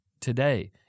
today